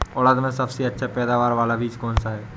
उड़द में सबसे अच्छा पैदावार वाला बीज कौन सा है?